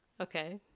Okay